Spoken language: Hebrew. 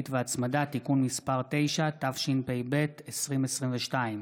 התשפ"ב 2022,